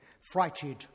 frighted